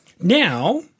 Now